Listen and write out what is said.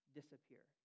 disappear